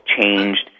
changed